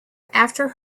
after